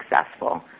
successful